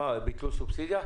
מה, ביטלו סובסידיה?